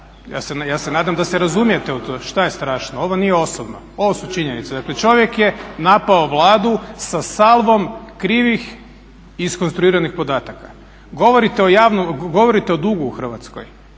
ja se nadam da se razumijete u to. Šta je strašno? Ovo nije osobno, ovo su činjenice. Dakle čovjek je napao Vladu sa salvom krivih, iskonstruiranih podataka. Govorite o dugu u Hrvatskoj.